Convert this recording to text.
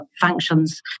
functions